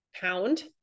pound